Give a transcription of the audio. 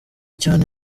cyane